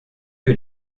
que